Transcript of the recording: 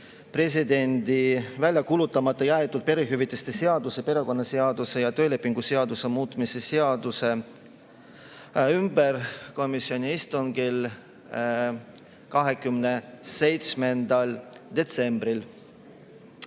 presidendi välja kuulutamata jäetud perehüvitiste seaduse, perekonnaseaduse ja töölepingu seaduse muutmise seaduse üle komisjoni istungil 27. detsembril.